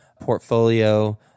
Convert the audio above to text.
portfolio